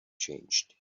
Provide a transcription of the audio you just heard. changed